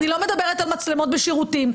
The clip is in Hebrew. אני לא מדברת על מצלמות בשירותים.